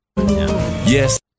Yes